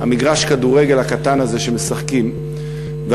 מגרש הכדורגל הקטן הזה שמשחקים בו.